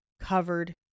covered